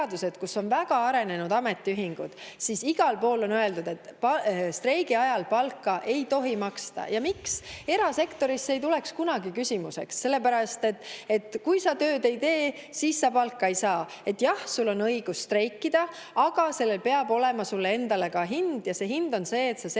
kus on väga arenenud ametiühingud. Seal on igal pool öeldud, et streigi ajal ei tohi palka maksta. Ja miks? Erasektoris ei tuleks see kunagi küsimuse alla, sest kui sa tööd ei tee, siis sa palka ei saa. Jah, sul on õigus streikida, aga sellel peab olema ka sulle endale hind ja see hind on see, et sa selle aja